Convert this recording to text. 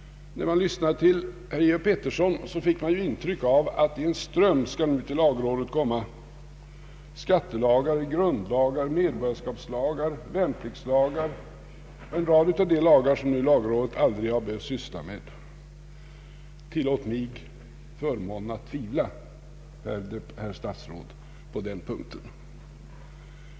När jag lyssnade till herr Georg Pettersson fick jag det intrycket att i en ström skulle nu till lagrådet komma skattelagar, grundlagar, medborgarskapslagar, värnpliktslagar, ja, en rad lagar som lagrådet hittills aldrig behövt syssla med. Tillåt mig tvivla, herr statsråd, på den punk ten.